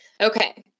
Okay